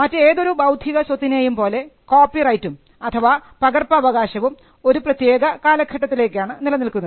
മറ്റേതൊരു ബൌദ്ധിക സ്വത്തിനേയും പോലെ കോപ്പിറൈറ്റും അഥവാ പകർപ്പവകാശവും ഒരു പ്രത്യേക കാലഘട്ടത്തിലേക്കാണ് നിലനിൽക്കുന്നത്